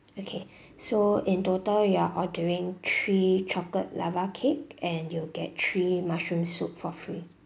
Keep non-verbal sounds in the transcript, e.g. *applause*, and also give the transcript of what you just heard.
okay *breath* so in total you are ordering three chocolate lava cake and you'll get three mushroom soup for free